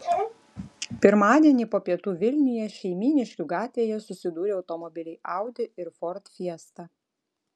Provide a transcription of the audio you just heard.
pirmadienį po pietų vilniuje šeimyniškių gatvėje susidūrė automobiliai audi ir ford fiesta